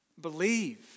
Believe